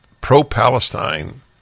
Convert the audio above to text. pro-Palestine